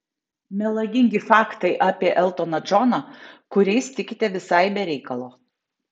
melagingi faktai apie eltoną džoną kuriais tikite visai be reikalo